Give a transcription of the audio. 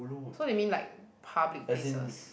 so they mean like public places